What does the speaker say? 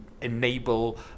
enable